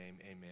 amen